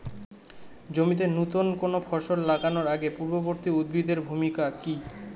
জমিতে নুতন কোনো ফসল লাগানোর আগে পূর্ববর্তী উদ্ভিদ এর ভূমিকা কি?